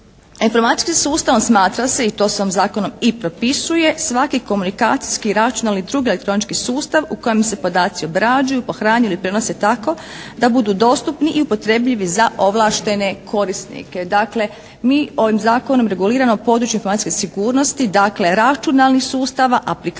informacijskim sustavom smatra se i to se ovim Zakonom i propisuje svaki komunikacijski i računalni i drugi elektronički sustav u kojem se podaci obrađuju, pohranjuju ili prenose tako da budu dostupni i upotrebljivi za ovlaštene korisnike. Dakle mi ovim Zakonom reguliramo područje informacijske sigurnosti. Dakle računalnih sustava, aplikacija